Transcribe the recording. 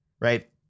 right